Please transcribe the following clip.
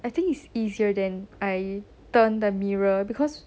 I think it's easier than I turn the mirror because